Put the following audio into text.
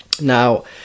Now